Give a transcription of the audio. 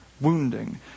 wounding